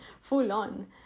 full-on